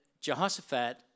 Jehoshaphat